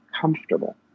comfortable